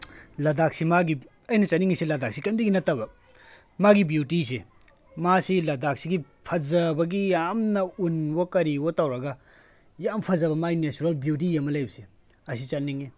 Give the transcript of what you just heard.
ꯂꯥꯗꯥꯛꯁꯤ ꯃꯥꯒꯤ ꯑꯩꯅ ꯆꯠꯅꯤꯡꯉꯤꯁꯤ ꯂꯥꯗꯥꯛꯁꯤ ꯀꯔꯤꯝꯇꯒꯤ ꯅꯠꯇꯕ ꯃꯥꯒꯤ ꯕ꯭ꯌꯨꯇꯤꯁꯦ ꯃꯥꯁꯤ ꯂꯗꯥꯛꯁꯤꯒꯤ ꯐꯖꯕꯒꯤ ꯌꯥꯝꯅ ꯎꯟꯋꯣ ꯀꯔꯤꯋꯣ ꯇꯧꯔꯒ ꯌꯥꯝ ꯐꯖꯕ ꯃꯥꯒꯤ ꯅꯦꯆꯔꯦꯜ ꯕ꯭ꯌꯨꯇꯤ ꯑꯃ ꯂꯩꯕꯁꯦ ꯑꯁꯤ ꯆꯠꯅꯤꯡꯉꯤ